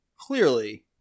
clearly